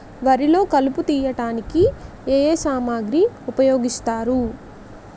వరిలో కలుపు తియ్యడానికి ఏ ఏ సామాగ్రి ఉపయోగిస్తారు?